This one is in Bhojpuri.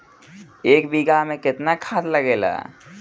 एक बिगहा में केतना खाद लागेला?